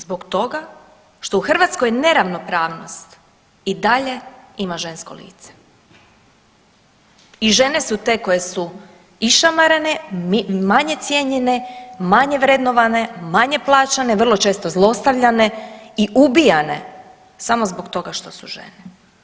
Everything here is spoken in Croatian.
Zbog toga što u Hrvatskoj neravnopravnost i dalje ima žensko lice i žene su te koje su išamarane, manje cijenjene, manje vrednovane, manje plaćene, vrlo često zlostavljane i ubijane samo zbog toga što su žene.